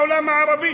בעולם הערבי,